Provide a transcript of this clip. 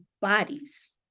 bodies